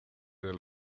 del